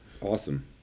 Awesome